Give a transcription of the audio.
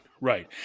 Right